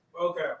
Okay